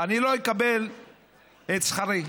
אני לא אקבל את שכרי,